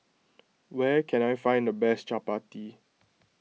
where can I find the best Chapati